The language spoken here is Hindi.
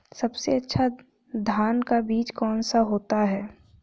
सबसे अच्छा धान का बीज कौन सा होता है?